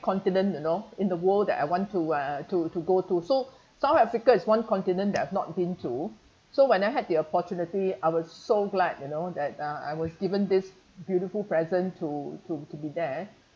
continent you know in the world that I want to uh to to go to so south africa is one continent that I've not been to so when I had the opportunity I was so glad you know that uh I was given this beautiful present to to to be there